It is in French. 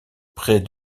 près